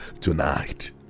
tonight